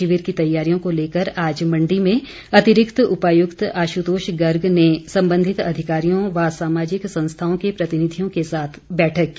शिविर की तैयारियों को लेकर आज मंडी में अतिरिक्त उपायुक्त आशुतोष गर्ग ने संबंधित अधिकारियों व सामाजिक संस्थाओं के प्रतिनिधियों के साथ बैठक की